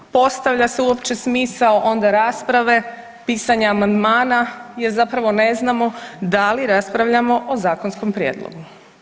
Postavlja se uopće smisao onda rasprave i pisanja amandmana jer zapravo ne znamo da li raspravljamo o zakonskom prijedlogu.